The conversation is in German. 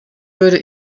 würde